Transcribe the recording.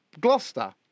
Gloucester